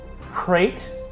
crate